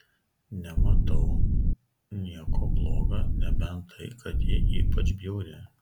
nematau nieko bloga nebent tai kad ji ypač bjauri